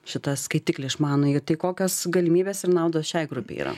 šitą skaitiklį išmanųjį tai kokios galimybės ir naudos šiai grupei yra